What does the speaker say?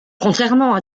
contrairement